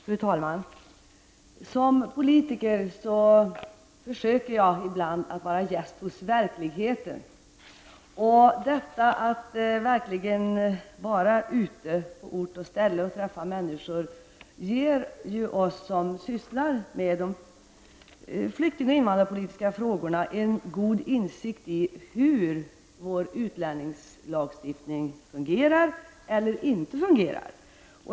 Fru talman! Som politiker försöker jag ibland att vara gäst hos verkligheten. Att verkligen vara ute på ort och ställe och träffa människor ger oss som sysslar med de flykting och invandrarpolitiska frågorna en god insikt i hur vår utlänningslagstiftning fungerar eller inte fungerar.